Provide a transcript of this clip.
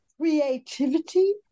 creativity